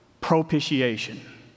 Propitiation